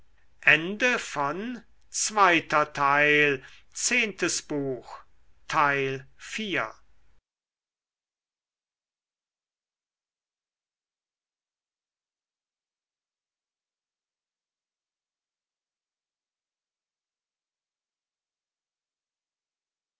betreten zehntes buch